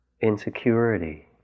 insecurity